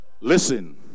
Listen